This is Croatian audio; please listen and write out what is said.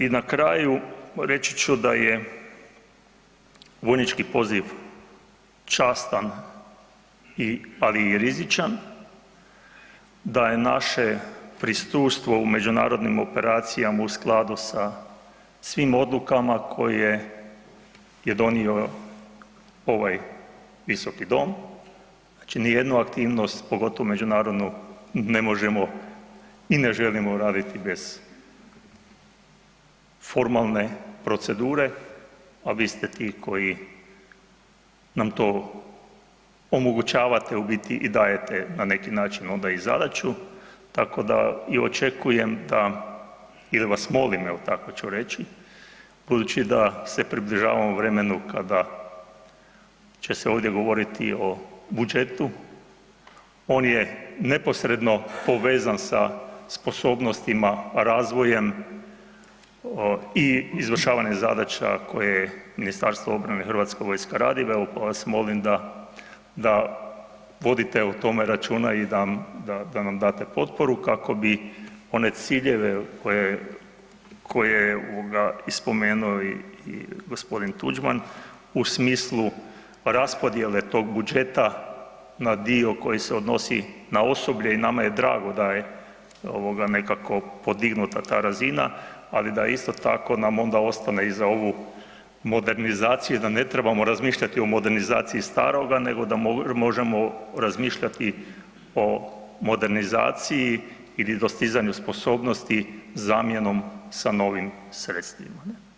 I na kraju, reći ću da je vojnički poziv častan ali i rizičan, da je naše prisustvo u međunarodnim operacijama u skladu sa svim odlukama koje je donio ovaj Visoki dom, znači nijednu aktivnost pogotovo međunarodnu, ne možemo i ne želimo raditi bez formalne procedure a vi ste ti koji nam to omogućavate, u biti i dajete na neki način onda i zadaću, tako da i očekujem da ili vas molim, evo tako ću reći, budući da se približavamo vremenu kada će se ovdje govoriti o budžetu, on je neposredno povezan sa sposobnostima, razvojem i izvršavanjem zadaća koje je MORH i hrvatska vojska radi, evo pa vas molim da vodite o tome računa i da nam date potporu kako bi one ciljeve koje, i spomenuo je i g. Tuđman, u smislu raspodjele tog budžeta na dio koji se na osoblje i nama je drago da je nekako podignuta ta razina, ali da isto tako nam onda ostane i za ovu modernizaciju, da ne trebamo razmišljati o modernizacija staroga, nego da možemo razmišljati o modernizaciji ili dostizanju sposobnosti zamjenom sa novim sredstvima.